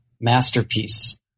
masterpiece